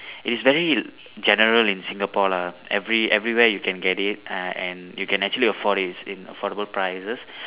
it is very general in Singapore lah every every where you can get it uh and you can actually afford it in affordable prices